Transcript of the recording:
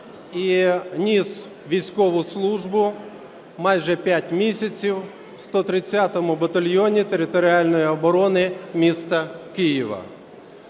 ніс військову службу майже 5 місяців в 130-у батальйоні територіальної оборони міста Києва.